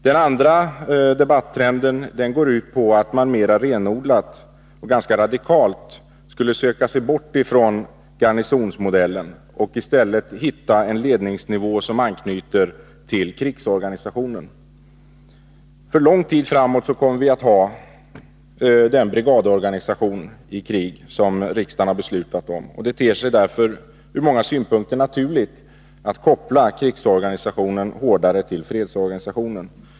Den andra debattrenden går ut på att man mera renodlat och ganska radikalt skulle söka sig bort från garnisonsmodellen och i stället hitta en ledningsnivå som anknyter till krigsorganisationen. För lång tid framåt kommer vi att ha den brigadorganisation i krig som riksdagen har beslutat om. Det ter sig därför ur många synpunkter naturligt att koppla krigsorganisationen hårdare till fredsorganisationen.